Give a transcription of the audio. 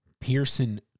Pearson